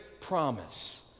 promise